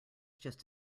just